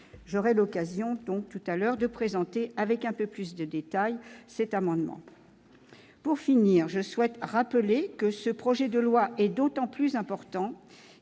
J'aurai l'occasion tout à l'heure de le présenter avec un peu plus de détails. Pour finir, je souhaite rappeler que ce projet de loi est d'autant plus important